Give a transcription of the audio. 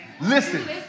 Listen